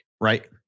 right